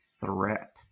threat